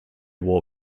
war